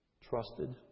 trusted